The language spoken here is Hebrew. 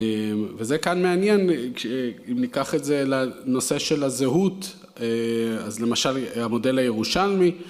וזה כאן מעניין, אם ניקח את זה לנושא של הזהות, אז למשל המודל הירושלמי.